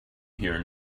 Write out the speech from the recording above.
here